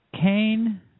Cain